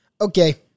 Okay